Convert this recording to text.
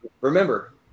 Remember